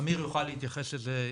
אמיר יוכל להתייחס לזה.